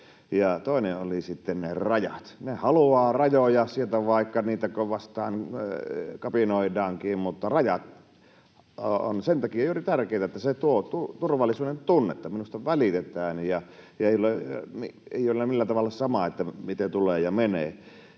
Toinen oli sitten rajat: He haluavat rajoja, vaikka niitä vastaan kapinoidaankin. Mutta rajat ovat juuri sen takia tärkeitä, että se tuo turvallisuuden tunnetta, että minusta välitetään ja ei ole millään tavalla sama, miten tulee ja menee.